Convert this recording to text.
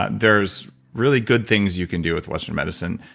there's really good things you can do with western medicine,